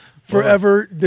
Forever